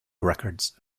records